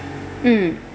mm